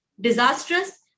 disastrous